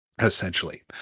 essentially